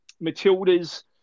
Matilda's